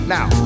Now